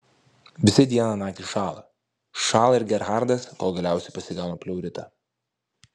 visi dieną naktį šąla šąla ir gerhardas kol galiausiai pasigauna pleuritą